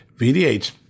VDH